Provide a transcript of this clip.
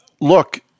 look